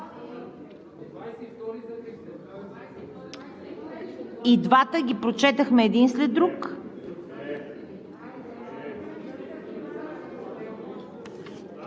И двата ги прочетохме един след друг.